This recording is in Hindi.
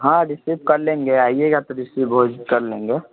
हाँ रिसीव कर लेंगे आइएगा तो रिसीव हो कर लेंगे